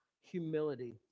humility